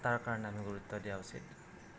তাৰ কাৰণে আমি গুৰুত্ব দিয়া উচিত